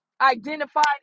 identified